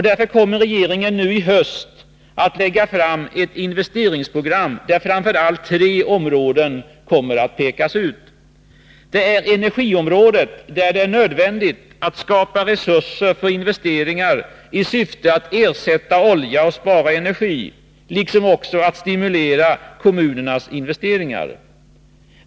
Därför kommer regeringen att i höst lägga fram ett investeringsprogram där framför allt tre områden pekas ut. Det är energiområdet, där det är nödvändigt att skapa resurser för investeringar i syfte att ersätta olja och spara energi liksom att stimulera kommunernas investeringar.